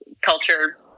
culture